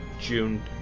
June